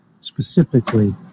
specifically